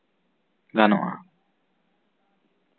ᱜᱟᱱᱚᱜᱼᱟ